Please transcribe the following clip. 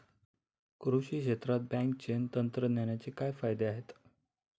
कृषी क्षेत्रात ब्लॉकचेन तंत्रज्ञानाचे काय फायदे आहेत?